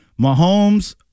Mahomes